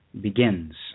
begins